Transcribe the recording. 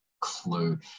clue